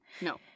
No